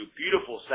beautiful